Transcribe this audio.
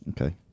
Okay